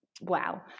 wow